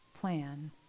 plan